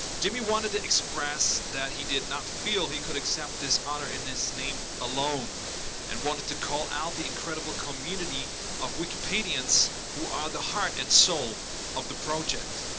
jimmy wanted to express that he did not feel he could accept this honor in his name alone and wanted to call out the incredible community of wikipedians who are the heart and soul of the project.